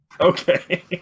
Okay